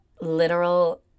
literal